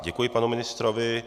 Děkuji panu ministrovi.